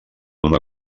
una